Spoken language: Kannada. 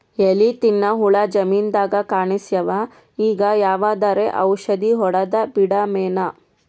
ಎಲಿ ತಿನ್ನ ಹುಳ ಜಮೀನದಾಗ ಕಾಣಸ್ಯಾವ, ಈಗ ಯಾವದರೆ ಔಷಧಿ ಹೋಡದಬಿಡಮೇನ?